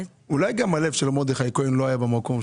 אולי גם הלב של מרדכי כהן לא היה במקום.